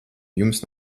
jums